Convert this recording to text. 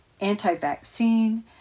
anti-vaccine